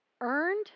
earned